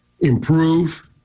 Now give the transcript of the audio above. Improve